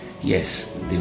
Yes